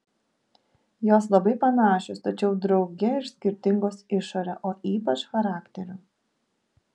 jos labai panašios tačiau drauge ir skirtingos išore o ypač charakteriu